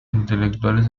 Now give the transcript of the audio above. intelectuales